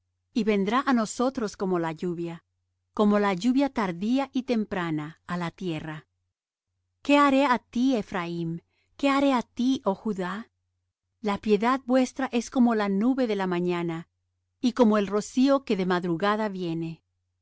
y vendrá á nosotros como la lluvia como la lluvia tardía y temprana á la tierra qué haré á ti ephraim qué hare á ti oh judá la piedad vuestra es como la nube de la mañana y como el rocío que de madrugada viene